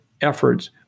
efforts